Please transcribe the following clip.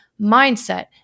mindset